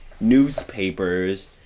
newspapers